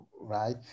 right